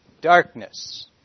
darkness